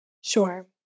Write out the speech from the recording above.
Sure